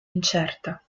incerta